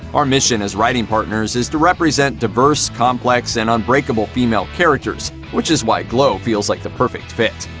our mission as writing partners is to represent diverse, complex, and unbreakable female characters, which is why glow feels like the perfect fit.